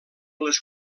les